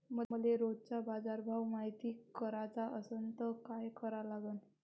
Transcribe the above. मले रोजचा बाजारभव मायती कराचा असन त काय करा लागन?